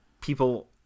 people